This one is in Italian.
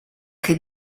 che